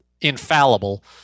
infallible